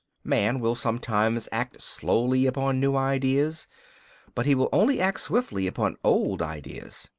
man will sometimes act slowly upon new ideas but he will only act swiftly upon old ideas.